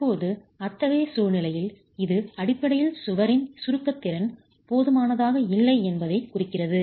இப்போது அத்தகைய சூழ்நிலையில் இது அடிப்படையில் சுவரின் சுருக்க திறன் போதுமானதாக இல்லை என்பதைக் குறிக்கிறது